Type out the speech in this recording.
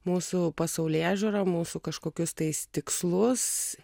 mūsų pasaulėžiūrą mūsų kažkokius tais tikslus